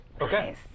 Okay